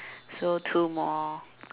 so two more